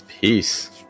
Peace